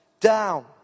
down